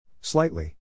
Slightly